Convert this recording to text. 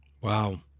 Wow